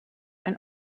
and